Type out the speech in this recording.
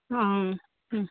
ആഹ്